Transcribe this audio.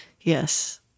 yes